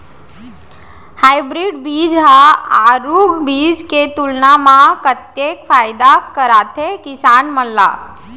Hybrid बीज हा आरूग बीज के तुलना मा कतेक फायदा कराथे किसान मन ला?